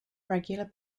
regular